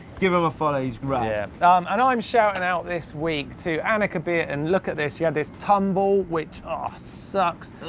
give him a follow, he's rad. and i'm shouting out this week to annekebeerten. look at this, she had this tumble, which ah sucks.